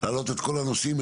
להעלות את כל הנושאים,